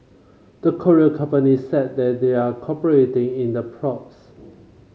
the Korean companies said they're cooperating in the probes